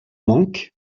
manque